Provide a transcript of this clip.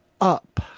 up